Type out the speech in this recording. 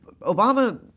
Obama